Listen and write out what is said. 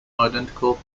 identical